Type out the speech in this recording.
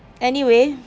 anyway